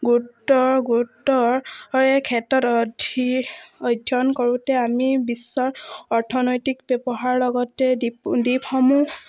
গুৰুত্ব গুৰুত্ব ক্ষেত্ৰত অধি অধ্যয়ন কৰোঁতে আমি বিশ্বৰ অৰ্থনৈতিক ব্যৱহাৰ লগতে দ্বীপ দ্বীপসমূহ